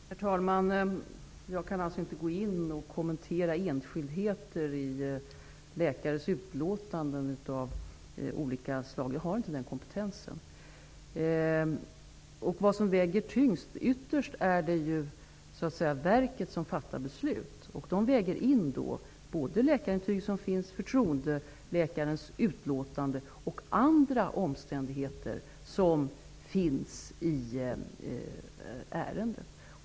Herr talman! Jag kan alltså inte gå in och kommentera enskildheter i läkares utlåtanden av olika slag -- jag har inte den kompetensen. Åke Carnerö frågade vad som väger tyngst. Ytterst är det verket som fattar beslut, och man väger då in både läkarintyg, förtroendeläkarens utlåtande och andra omständigheter i ärendet.